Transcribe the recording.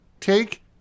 Take